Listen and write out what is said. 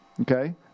okay